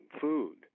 food